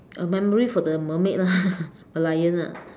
a memory for the mermaid lah Merlion lah